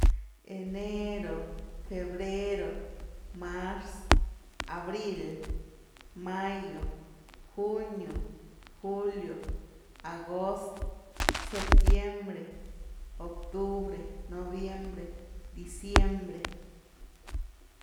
Enero, febrero, marz, abril, mayo, junio, julio, agost, septiembre, octubre, noviembre, diciembre.